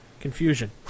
confusion